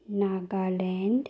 Nagaland